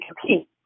compete